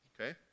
okay